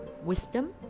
wisdom